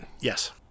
yes